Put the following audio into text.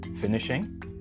finishing